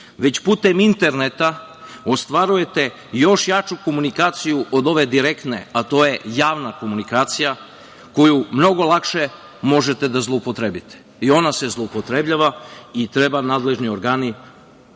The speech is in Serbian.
već putem interneta ostvarujete još jaču komunikaciju od ove direktne, a to je javna komunikacija koju mnogo lakše možete da zloupotrebite i ona se zloupotrebljava i treba nadležni organi